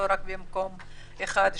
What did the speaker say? לא רק במקום אחד,